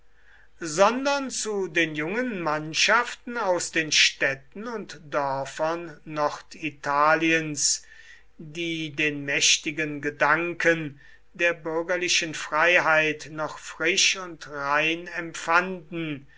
sondern zu den jungen mannschaften aus den städten und dörfern norditaliens die den mächtigen gedanken der bürgerlichen freiheit noch frisch und rein empfanden